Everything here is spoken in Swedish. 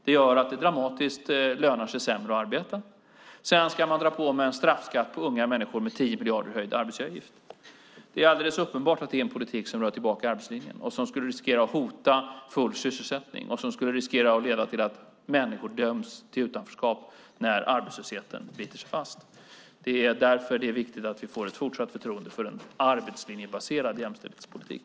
Det gör att det lönar sig dramatiskt sämre att arbeta. Sedan ska man dra på med en straffskatt för unga människor i form av 10 miljarder i höjd arbetsgivaravgift. Det är alldeles uppenbart en politik som rullar tillbaka arbetslinjen, som riskerar att hota full sysselsättning och som riskerar att leda till att människor döms till utanförskap när arbetslösheten biter sig fast. Det är därför det är viktigt att vi får ett fortsatt förtroende för en arbetslinjebaserad jämställdhetspolitik.